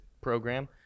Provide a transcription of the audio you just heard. program